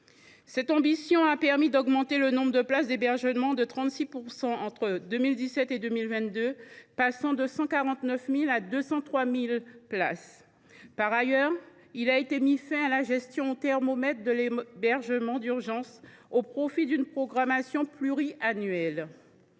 Cette ambition a permis d’augmenter le nombre de places d’hébergement de 36 % entre 2017 et 2022, lesquelles sont passées de 149 000 à 203 000. Par ailleurs, il a été mis fin à la gestion « au thermomètre » de l’hébergement d’urgence au profit d’une programmation pluriannuelle.